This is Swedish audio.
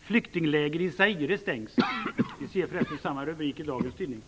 "Flyktingläger i Zaire stängs." Vi ser samma rubrik i dagens tidning.